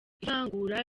ivangura